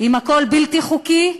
אם הכול בלתי חוקי,